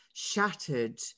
shattered